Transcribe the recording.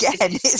Again